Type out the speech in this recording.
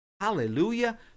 Hallelujah